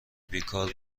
بیکار